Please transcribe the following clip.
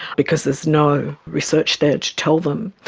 because there is no research there to tell them?